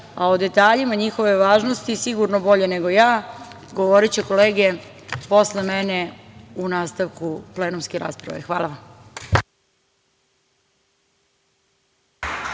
a o detaljima njihove važnosti, sigurno bolje nego ja, govoriće kolege posle mene u nastavku plenumske rasprave. Hvala vam.